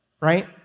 right